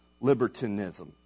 libertinism